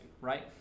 right